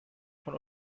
von